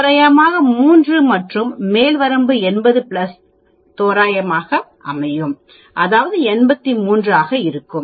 தோராயமாக 3 மற்றும் மேல் வரம்பு 80 தோராயமாக 3 அதாவது 83 ஆக இருக்கும்